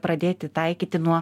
pradėti taikyti nuo